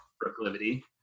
proclivity